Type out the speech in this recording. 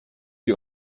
die